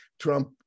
Trump